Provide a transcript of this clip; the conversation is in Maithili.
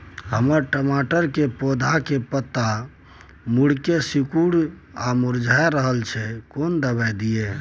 हमर टमाटर के पौधा के पत्ता मुड़के सिकुर आर मुरझाय रहै छै, कोन दबाय दिये?